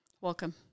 Welcome